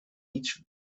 each